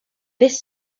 this